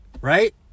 Right